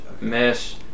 Miss